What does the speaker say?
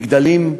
מגדלים,